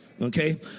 Okay